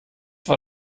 war